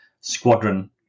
squadron